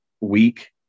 week